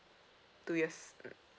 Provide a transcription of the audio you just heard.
two years mm